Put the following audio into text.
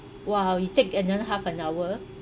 !wow! it take another half an hour